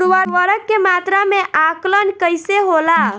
उर्वरक के मात्रा में आकलन कईसे होला?